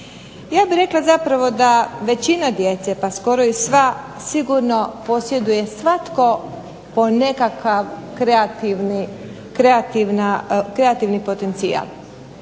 Ja bih rekla zapravo da većina djece, pa skoro i sva sigurno posjeduje svatko po nekakav kreativni potencijal.